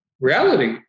reality